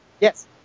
yes